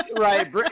Right